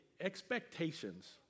expectations